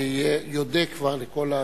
שיודה כבר לכל האנשים.